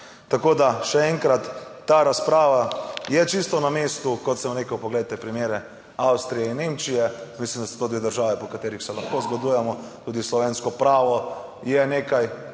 države. Še enkrat, ta razprava je čisto na mestu, kot sem rekel, poglejte primere Avstrije in Nemčije, mislim, da sta to državi, po katerih se lahko zgledujemo. Tudi slovensko pravo je nekaj,